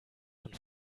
von